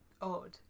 odd